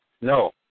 No